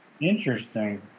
Interesting